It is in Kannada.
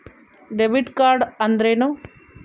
ಡೆಬಿಟ್ ಕಾರ್ಡ್ ಅಂದ್ರೇನು?